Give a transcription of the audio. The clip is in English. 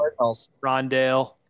Rondale